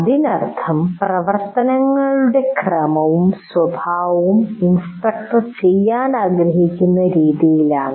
അതിനർത്ഥം പ്രവർത്തനങ്ങളുടെ ക്രമവും സ്വഭാവവും ഇൻസ്ട്രക്ടർ ചെയ്യാൻ ആഗ്രഹിക്കുന്ന രീതിയിലാണ്